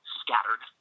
scattered